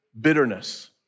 bitterness